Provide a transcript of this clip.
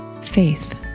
faith